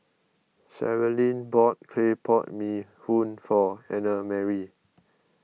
Sherilyn bought Clay Pot Mee who en for Annamarie